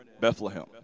Bethlehem